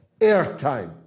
airtime